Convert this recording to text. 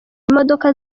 imodoka